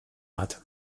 hat